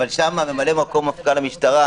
אבל שם ממלא-מקום מפכ"ל המשטרה